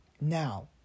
Now